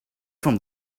from